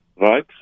Right